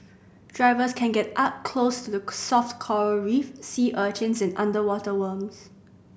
drivers can get up close to the soft coral reef sea urchins and underwater worms